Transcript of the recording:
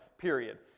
period